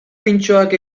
pintxoak